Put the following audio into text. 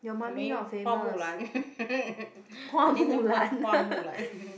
her name Hua-Mulan and then name her Hua-Mulan